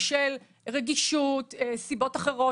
בשל רגישות או סיבות אחרות,